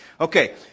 Okay